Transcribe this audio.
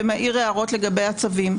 מעיר הערות לגבי הצווים,